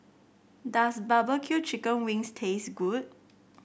does barbecue Chicken Wings taste good